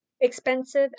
expensive